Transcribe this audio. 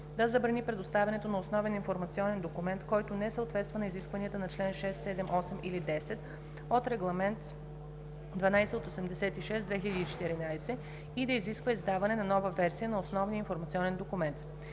да забрани предоставянето на основен информационен документ, който не съответства на изискванията на чл. 6, 7, 8 или 10 от Регламент (ЕС) № 1286/2014, и да изисква издаване на нова версия на основния информационен документ;